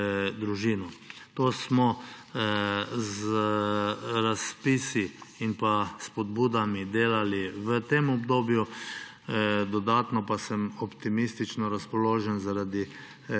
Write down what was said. družino. To smo z razpisi in spodbudami delali v tem obdobju, dodatno pa sem optimistično razpoložen zaradi